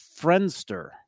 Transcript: Friendster